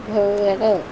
घर